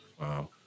Wow